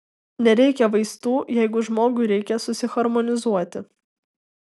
nereikia vaistų jeigu žmogui reikia susiharmonizuoti